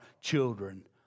children